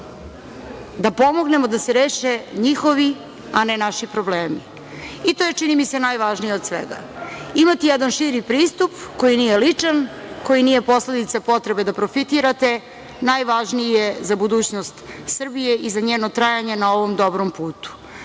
da pomognemo da se reše njihovi, a ne naši problemi. To je, čini mi se, najvažnije od svega – imati jedan širi pristup, koji nije ličan, koji nije posledica potrebe da profitirate, najvažniji je za budućnost Srbije i za njeno trajanje na ovom dobrom putu. Sve